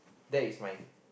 that is mine